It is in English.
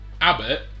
Abbott